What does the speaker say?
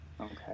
Okay